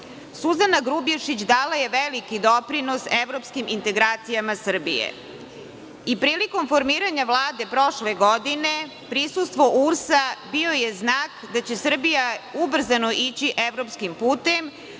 Suzana Grubješić dala je veliki doprinos evropskim integracijama Srbije i prilikom formiranja Vlade prošle godine prisustvo URS bio je znak da će Srbija ubrzano ići evropskim putem,